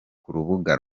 kurubuga